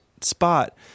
spot